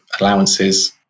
allowances